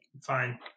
Fine